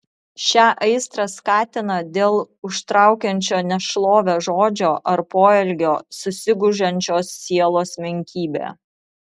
šią aistrą skatina dėl užtraukiančio nešlovę žodžio ar poelgio susigūžiančios sielos menkybė